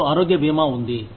మీకు ఆరోగ్య బీమా ఉంది